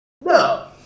No